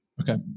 Okay